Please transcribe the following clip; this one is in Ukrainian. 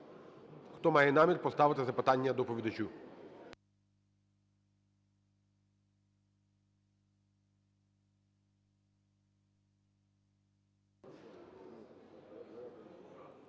хто має намір поставити запитання доповідачу.